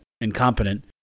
incompetent